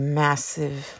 massive